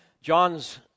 John's